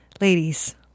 ladies